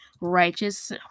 Righteous